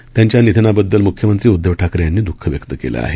सावंत यांच्या निधनाबददल मुख्यमंत्री उदधव ठाकरे यांनी द्ख व्यक्त केलं आहे